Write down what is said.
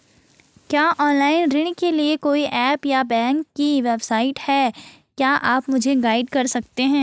क्या ऑनलाइन ऋण के लिए कोई ऐप या बैंक की वेबसाइट है क्या आप मुझे गाइड कर सकते हैं?